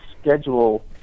schedule